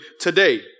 today